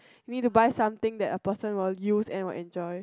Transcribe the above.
me to buy something that a person will use and will enjoy